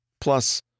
Plus